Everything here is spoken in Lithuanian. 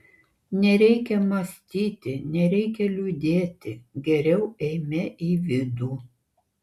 nereikia mąstyti nereikia liūdėti geriau eime į vidų